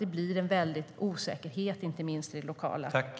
Det skapar en stor osäkerhet, inte minst i den lokala förvaltningen.